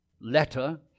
letter